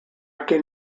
kin